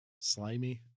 slimy